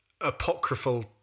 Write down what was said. apocryphal